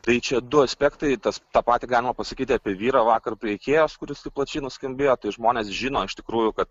tai čia du aspektai tas tą patį galima pasakyti apie vyrą vakar prie ikėjos kuris taip plačiai nuskambėjo tai žmonės žino iš tikrųjų kad